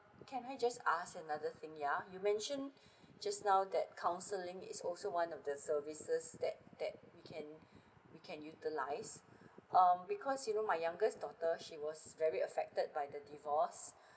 can I just ask another thing yeah you mentioned just now that counselling is also one of the services that that you can you can utilise um because you know my youngest daughter she was very affected by the divorce